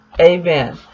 Amen